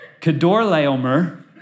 Kedorlaomer